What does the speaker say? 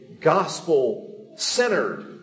gospel-centered